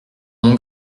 mon